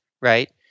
right